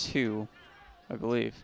two i believe